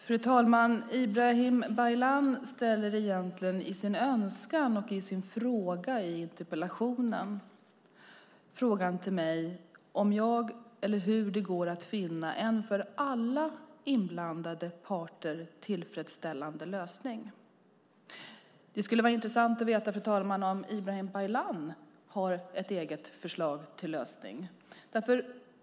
Fru talman! Ibrahim Baylan framför egentligen i sin fråga i interpellationen till mig en önskan om att finna en för alla inblandade parter tillfredsställande lösning. Det skulle vara intressant att få veta, fru talman, om Ibrahim Baylan har ett eget förslag till lösning.